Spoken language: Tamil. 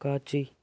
காட்சி